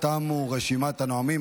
תמה רשימת הנואמים.